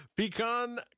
Pecan